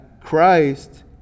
Christ